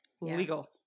legal